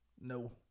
no